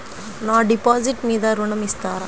నా డిపాజిట్ మీద ఋణం ఇస్తారా?